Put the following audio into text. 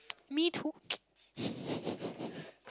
me too